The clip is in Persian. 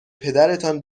پدرتان